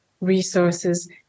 resources